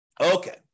Okay